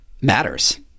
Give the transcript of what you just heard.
matters